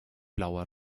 blauer